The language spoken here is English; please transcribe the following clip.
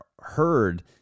heard